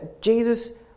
Jesus